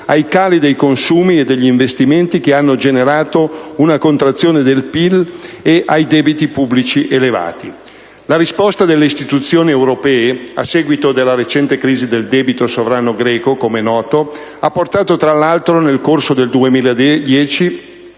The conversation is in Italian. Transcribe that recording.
cali dei consumi e degli investimenti che hanno generato una contrazione del PIL e debiti pubblici elevati. La risposta delle istituzioni europee a seguito della recente crisi del debito sovrano greco, come noto, ha portato, tra l'altro, nel corso del 2010,